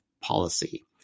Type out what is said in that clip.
policy